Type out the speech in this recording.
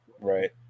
Right